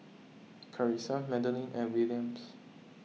Karissa Madalyn and Williams